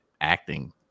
acting